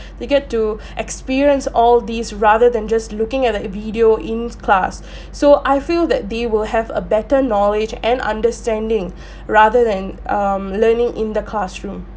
you get to experience all these rather than just looking at the video in class so I feel that they will have a better knowledge and understanding rather than um learning in the classroom